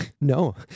No